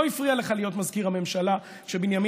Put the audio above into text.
לא הפריע לך להיות מזכיר הממשלה כשבנימין